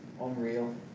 unreal